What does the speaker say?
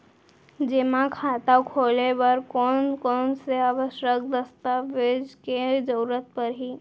जेमा खाता खोले बर कोन कोन से आवश्यक दस्तावेज के जरूरत परही?